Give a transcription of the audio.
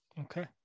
Okay